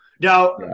Now